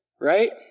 Right